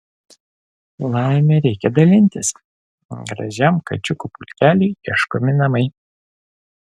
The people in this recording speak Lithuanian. laime reikia dalintis gražiam kačiukų pulkeliui ieškomi namai